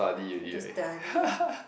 need to study ah